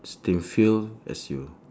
still feel as you